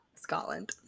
Scotland